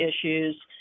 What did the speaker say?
issues